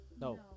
no